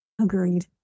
Agreed